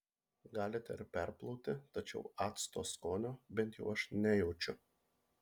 galite ir perplauti tačiau acto skonio bent jau aš nejaučiu